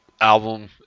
album